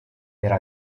era